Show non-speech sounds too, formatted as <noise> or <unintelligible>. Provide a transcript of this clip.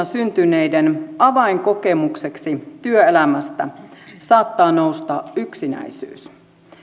<unintelligible> syntyneiden avainkokemukseksi työelämästä saattaa nousta yksinäisyys